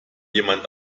jemand